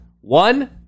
one